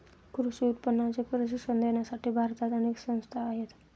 कृषी विपणनाचे प्रशिक्षण देण्यासाठी भारतात अनेक संस्था आहेत